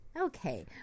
Okay